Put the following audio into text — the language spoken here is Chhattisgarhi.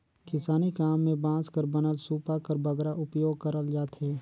किसानी काम मे बांस कर बनल सूपा कर बगरा उपियोग करल जाथे